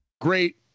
Great